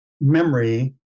memory